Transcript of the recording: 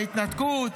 ההתנתקות,